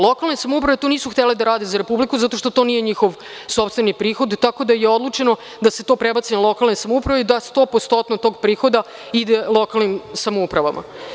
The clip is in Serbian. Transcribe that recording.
Lokalne samouprave to nisu htele da rade za Republiku zato što to nije njihov sopstveni prihod, tako da je odlučeno da se to prebaci na lokalne samouprave i da stopostotno tog prihoda ide lokalnim samoupravama.